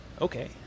Okay